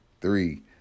Three